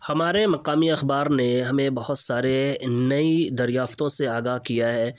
ہمارے مقامی اخبار نے ہمیں بہت سارے نئی دریافتوں سے آگاہ کیا ہے